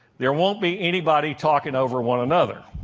there won't be anybody talking over one another.